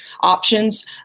options